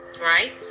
Right